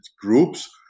groups